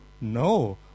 No